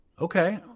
Okay